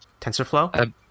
TensorFlow